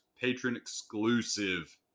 patron-exclusive